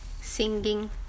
singing